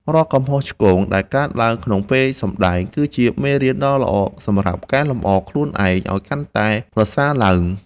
រាល់កំហុសឆ្គងដែលកើតឡើងក្នុងពេលសម្តែងគឺជាមេរៀនដ៏ល្អសម្រាប់កែលម្អខ្លួនឯងឱ្យកាន់តែប្រសើរឡើង។